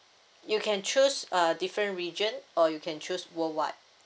you can choose a different region or you can choose worldwide